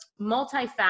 multifaceted